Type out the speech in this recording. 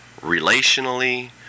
relationally